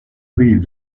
rives